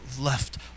left